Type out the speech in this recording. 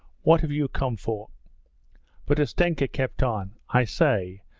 what have you come for but ustenka kept on, i say!